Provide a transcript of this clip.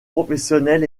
professionnel